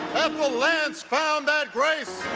ethel lance found that grace.